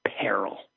peril